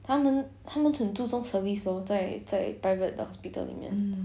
他们他们很注重 service hor 在在 private 的 hospital 里面